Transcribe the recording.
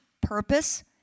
purpose